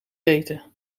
eten